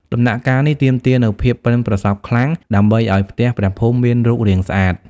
ដំណាក់កាលនេះទាមទារនូវភាពប៉ិនប្រសប់ខ្លាំង ដើម្បីឲ្យផ្ទះព្រះភូមិមានរូបរាងស្អាត។